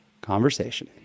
conversation